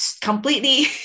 completely